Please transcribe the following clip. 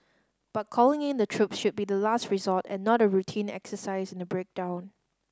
but calling in the troops should be the last resort and not a routine exercise in a breakdown